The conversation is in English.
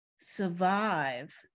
survive